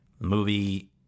Movie